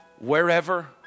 Wherever